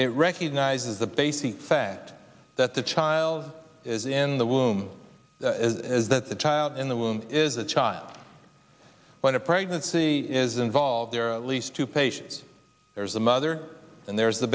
it recognizes the basic fact that the child is in the womb is that the child in the womb is a child when a pregnancy is involved there are least two patients there is a mother and there is the